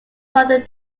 brother